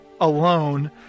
alone